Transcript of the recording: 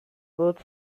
both